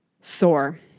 Sore